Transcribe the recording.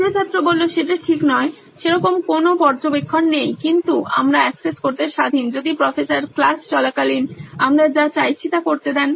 দ্বিতীয় ছাত্র সেটা ঠিক নয় সেরকম কোনো পর্যবেক্ষণ নেই কিন্তু আমরা অ্যাক্সেস করতে স্বাধীন যদি প্রফেসর ক্লাস চলাকালীন আমরা যা চাইছি তা করতে দেন